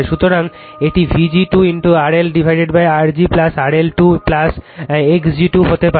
সুতরাং এটি Vg 2 RLR g RL 2 x g 2 হতে পারে